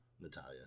Natalia